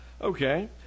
Okay